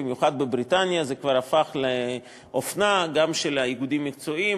במיוחד בבריטניה זה כבר הפך לאופנה גם של האיגודים המקצועיים,